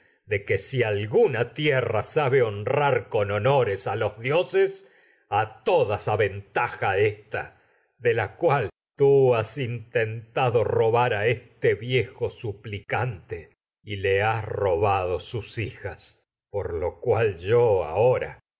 de que dioses si alguna tierra a sabe honrar honores tú los todas a aventaja ésta de y la cual has intentado robar este viejo suplicante yo le has robado sus hijas por lo cual ahora